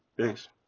thanks